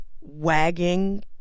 wagging